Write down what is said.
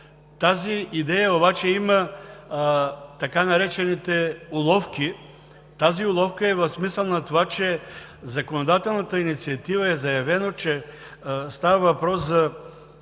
Ковачева, има така наречените уловки. Тази уловка е в смисъл на това, че в законодателната инициатива е заявено, че става въпрос и